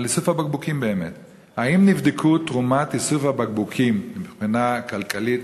על איסוף הבקבוקים: 1. האם נבדקה תרומת איסוף הבקבוקים מבחינה כלכלית,